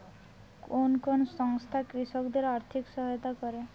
কোন কোন সংস্থা কৃষকদের আর্থিক সহায়তা করে?